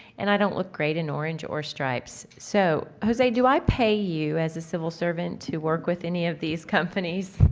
and i don't look great in orange or stripes, so jose do i pay you, as a civil servant to work with any of these companies?